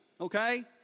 Okay